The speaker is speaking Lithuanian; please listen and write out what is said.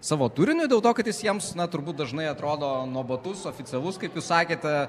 savo turiniu dėl to kad jis jiems na turbūt dažnai atrodo nuobodus oficialus kaip jūs sakėte